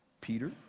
Peter